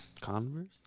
Converse